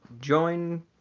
join